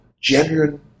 genuine